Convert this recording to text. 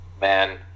Man